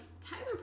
Tyler